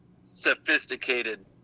sophisticated